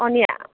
अनि